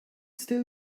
still